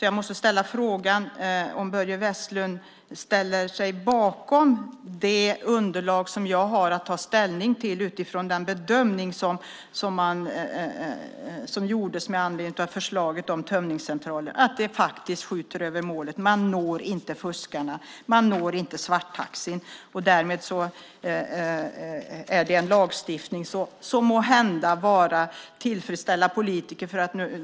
Jag måste därför fråga om Börje Vestlund ställer sig bakom det underlag som jag har att ta ställning till utifrån den bedömning som gjordes med anledning av förslaget om tömningscentral - att det faktiskt skjuter över målet, att man inte når fuskarna och att man inte når svarttaxiverksamheten. Därmed är det en lagstiftning som måhända skulle tillfredsställa bara politiker.